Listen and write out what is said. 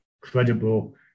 credible